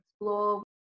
explore